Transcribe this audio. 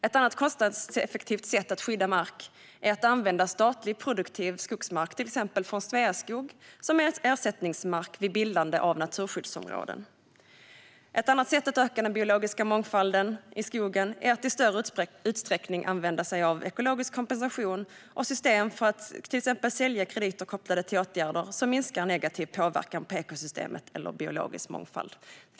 Ett kostnadseffektivt sätt att skydda mark är att använda statlig produktiv skogsmark, till exempel från Sveaskog, som ersättningsmark vid bildande av naturskyddsområden. Ett annat sätt att öka den biologiska mångfalden i skogen är att i större utsträckning använda ekologisk kompensation och system för att till exempel sälja krediter kopplade till åtgärder som minskar negativ påverkan på ekosystemet eller den biologiska mångfalden.